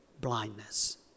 blindness